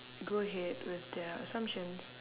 go ahead with their assumptions